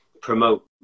promote